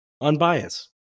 Unbiased